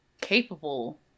capable